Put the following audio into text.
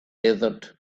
desert